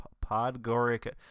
Podgorica